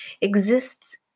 exists